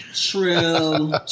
true